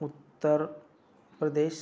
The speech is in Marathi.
उत्तर प्रदेश